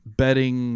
betting